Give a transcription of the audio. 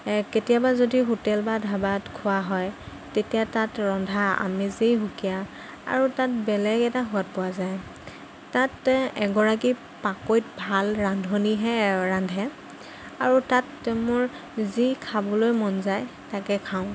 এ কেতিয়াবা যদি হোটেল বা ধাবাত খোৱা হয় তেতিয়া তাত ৰন্ধা আমেজেই সুকীয়া আৰু তাত বেলেগ এটা সোৱাদ পোৱা যায় তাত এগৰাকী পাকৈত ভাল ৰান্ধনীয়েহে ৰান্ধে আৰু তাত মোৰ যি খাবলৈ মন যায় তাকে খাওঁ